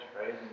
right